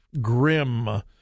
grim